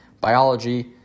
biology